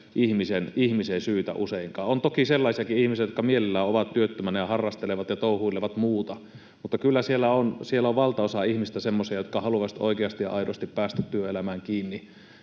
ihmisen syytä useinkaan. On toki sellaisiakin ihmisiä, jotka mielellään ovat työttömänä ja harrastelevat ja touhuilevat muuta, mutta kyllä siellä on valtaosa ihmisistä semmoisia, jotka haluavat oikeasti ja aidosti päästä työelämään kiinni